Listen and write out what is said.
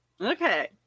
Okay